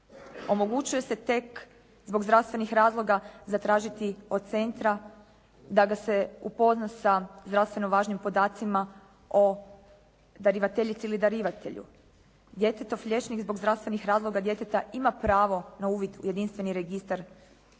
Omogućuje se tek zbog zdravstvenih razloga zatražiti od centra da ga se upozna sa zdravstveno važnim podacima o darivateljici ili darivatelju. Djetetov liječnik zbog zdravstvenih razloga djeteta ima pravo na uvid u jedinstveni registar